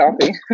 coffee